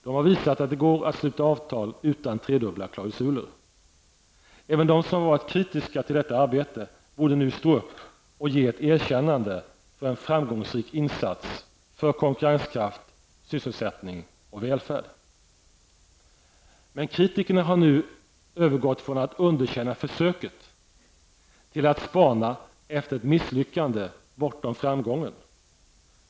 De har visat att det går att sluta avtal utan tredubbla klausuler. Även de som har varit kritiska till detta arbete borde nu stå upp och ge ett erkännande för en framgångsrik insats för konkurrenskraft, sysselsättning och välfärd. Men kritikerna har nu övergått från att underkänna försöket till att spana efter ett misslyckande bortom framgången.